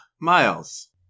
Miles